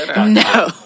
No